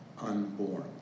unborn